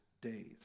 days